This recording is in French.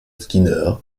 skinner